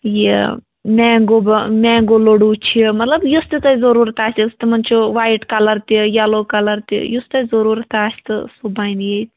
یہِ مینگو با مینگو لَڈوٗ چھِ مطلب یُس تہِ تۄہہِ ضٔروٗرَت آسہِ یُس تِمَن چھِ وایِٹ کَلَر تہِ یَلو کَلَر تہِ یُس تۄہہِ ضٔروٗرَت آسہِ تہٕ سُہ بَنہِ ییٚتہِ